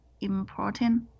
important